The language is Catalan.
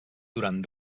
durant